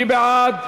מי בעד?